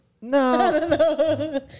No